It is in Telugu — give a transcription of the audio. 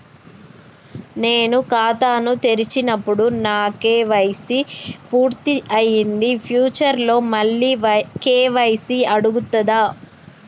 నేను ఖాతాను తెరిచినప్పుడు నా కే.వై.సీ పూర్తి అయ్యింది ఫ్యూచర్ లో మళ్ళీ కే.వై.సీ అడుగుతదా?